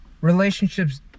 relationships